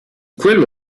quello